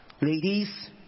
Ladies